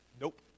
Nope